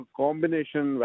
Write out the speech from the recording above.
combination